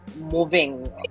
Moving